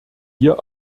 hier